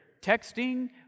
texting